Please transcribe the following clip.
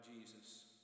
Jesus